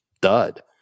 dud